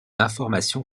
informations